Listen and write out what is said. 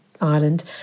Ireland